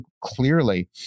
clearly